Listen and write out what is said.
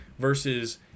Versus